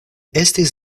estis